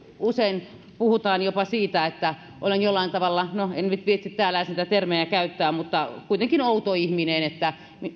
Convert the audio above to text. usein puhutaan jopa siitä että olen jollain tavalla no en nyt viitsi täällä edes niitä termejä käyttää kuitenkin outo ihminen